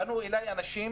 פנו אליי אנשים